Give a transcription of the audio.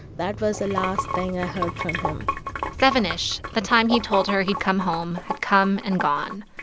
that was the last thing i heard from him seven-ish, the time he told her he'd come home, had come and gone.